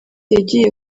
yagiye